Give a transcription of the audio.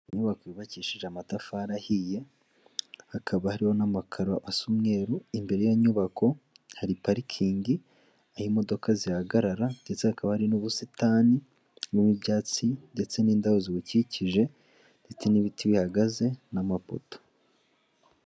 Iyi n'inyubako yubakishije amatafari ahiye, hakaba hariho n'amakaro asa umweru, imbere y'inyubako hari parikingi aho imodoka zihagarara, ndetse hakaba hari n'ubusitani burimo ibyatsi ndetse n'indabo zibukikije, ndetse n'ibiti bihagaze n'amapoto.